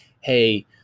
hey